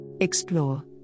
Explore